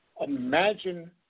Imagine